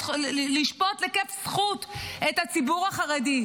לשפוט לכף זכות את הציבור החרדי.